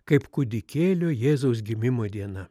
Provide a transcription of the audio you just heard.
kaip kūdikėlio jėzaus gimimo diena